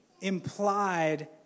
implied